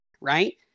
right